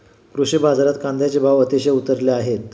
कृषी बाजारात कांद्याचे भाव अतिशय उतरले आहेत